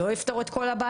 לא יפתור את כל הבעיה?